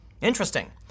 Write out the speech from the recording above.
Interesting